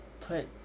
put